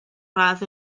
radd